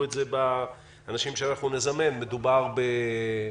את זה באנשים שאנחנו נזמן מדובר בטיפול